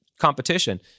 competition